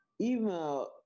email